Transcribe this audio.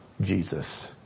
Jesus